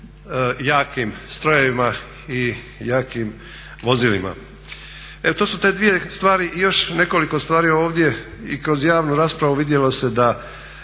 jakim strojevima i jakim vozilima. Evo, to su te dvije stvari. I još nekoliko stvari ovdje i kroz javnu raspravu vidjelo se da